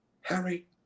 Harry